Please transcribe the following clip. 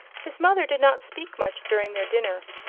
his mother did not speak much during their dinner.